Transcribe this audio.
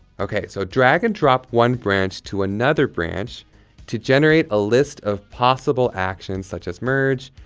okay so drag and drop one branch to another branch to generate a list of possible actions such as merge,